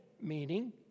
meaning